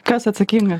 kas atsakinga